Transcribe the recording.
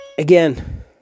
Again